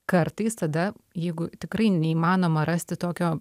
kartais tada jeigu tikrai neįmanoma rasti tokio